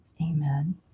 amen